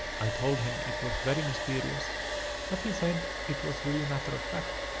i told him it was very mysterious but he said it was really matter of fact,